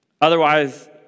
Otherwise